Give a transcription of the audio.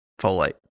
folate